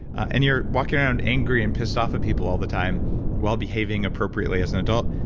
and you're walking around angry and pissed off at people all the time while behaving appropriately as an adult,